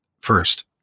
first